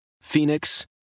Phoenix